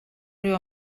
riu